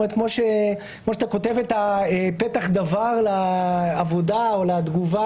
כמו שאתה כותב "פתח דבר" לעבודה או לתגובה